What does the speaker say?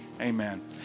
Amen